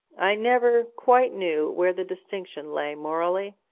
i never quite knew where the distinction lay, morally,